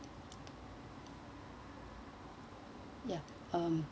ya um